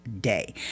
day